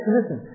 Listen